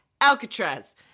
Alcatraz